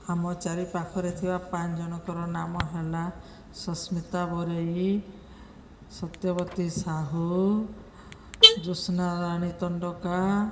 ଆମ ଚାରିପାଖରେ ଥିବା ପାଞ୍ଚ ଜଣଙ୍କର ନାମ ହେଲା ସସ୍ମିତା ବରେଇ ସତ୍ୟବତୀ ସାହୁ ଜ୍ୟୋତ୍ସ୍ନାରାଣୀ ତଣ୍ଡକା